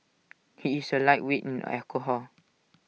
he is A lightweight in alcohol